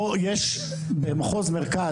במחוז מרכז,